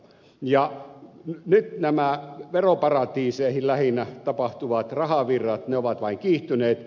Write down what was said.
nyt nämä veroparatiiseihin lähinnä suuntautuvat rahavirrat ovat vain kiihtyneet